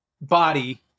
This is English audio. body